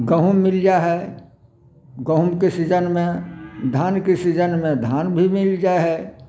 गहूँम मिल जाइ है गहूँमके सीजनमे धानके सीजनमे धान भी मिल जाइ है